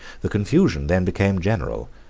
the confusion then became general,